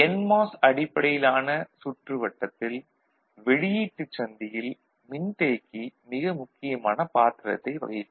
NMOS அடிப்படையிலான சுற்றுவட்டத்தில் வெளியீட்டுச் சந்தியில் மின்தேக்கி மிக முக்கியமான பாத்திரத்தை வகிக்கும்